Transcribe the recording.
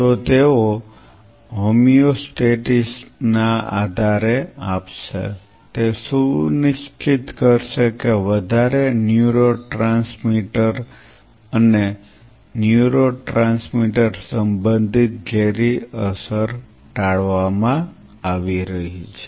તો તેઓ હોમિયોસ્ટેસિસ ને આધાર આપશે તે સુનિશ્ચિત કરશે કે વધારે ન્યુરોટ્રાન્સમીટર અને ન્યુરોટ્રાન્સમીટર સંબંધિત ઝેરી અસર ટાળવામાં આવી રહી છે